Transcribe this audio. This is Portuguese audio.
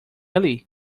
ele